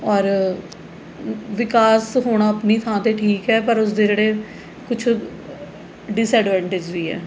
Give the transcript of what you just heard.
ਔਰ ਵਿਕਾਸ ਹੋਣਾ ਆਪਣੀ ਥਾਂ 'ਤੇ ਠੀਕ ਹੈ ਪਰ ਉਸਦੇ ਜਿਹੜੇ ਕੁਛ ਡਿਸਐਡਵਾਟੇਂਜ ਵੀ ਹੈ